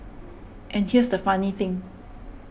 and here's the funny thing